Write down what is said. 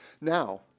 Now